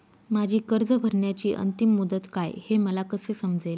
माझी कर्ज भरण्याची अंतिम मुदत काय, हे मला कसे समजेल?